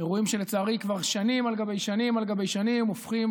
אירועים שלצערי כבר שנים על גבי שנים על גבי שנים הופכים